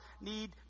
need